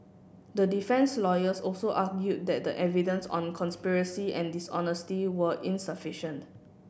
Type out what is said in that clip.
the defence lawyers also argued that the evidence on conspiracy and dishonesty were insufficient